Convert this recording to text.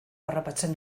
harrapatzen